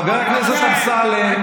חבר הכנסת אמסלם.